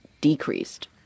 decreased